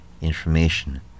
information